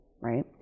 right